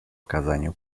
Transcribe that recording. оказанию